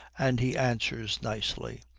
and he answers nicely,